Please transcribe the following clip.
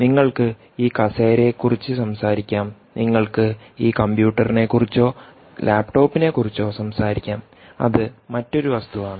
നിങ്ങൾക്ക് ഈ കസേരയെക്കുറിച്ച് സംസാരിക്കാം നിങ്ങൾക്ക് ഈ കമ്പ്യൂട്ടറിനെക്കുറിച്ചോ ലാപ്ടോപ്പിനെക്കുറിച്ചോ സംസാരിക്കാം അത് മറ്റൊരു വസ്തുവാണ്